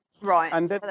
right